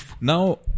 Now